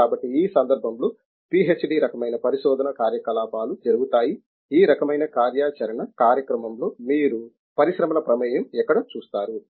కాబట్టి ఈ సందర్భంలో పీహెచ్డీ రకమైన పరిశోధన కార్యకలాపాలు జరుగుతాయి ఈ రకమైన కార్యాచరణ కార్యక్రమంలో మీరు పరిశ్రమల ప్రమేయం ఎక్కడ చూస్తారు